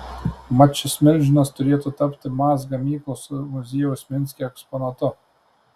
mat šis milžinas turėtų tapti maz gamyklos muziejaus minske eksponatu